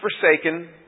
forsaken